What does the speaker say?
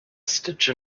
stitch